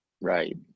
Right